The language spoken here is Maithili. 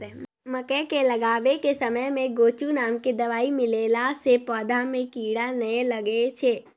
मकई के लगाबै के समय मे गोचु नाम के दवाई मिलैला से पौधा मे कीड़ा नैय लागै छै?